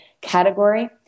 category